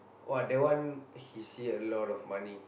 !wah! that one he see a lot of money